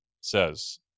says